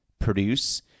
produce